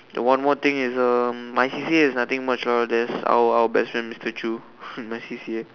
then one more thing is uh my C_C_A is nothing much lah there's our our bestfriend mister chew my C_C_A